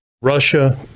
Russia